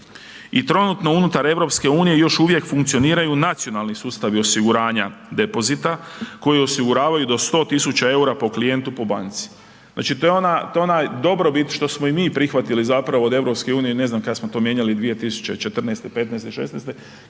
i trenutno unutar EU-a još uvijek funkcioniraju nacionalni sustavi osiguranja depozita koji osiguravaju do 100 000 eura po klijentu po banci. Znači to je ona dobrobit što smo i mi prihvatili zapravo od EU-a, ne znam kad smo to mijenjali, 2014., 2015., 2016. kada